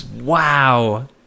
Wow